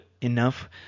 enough